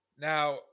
Now